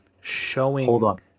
showing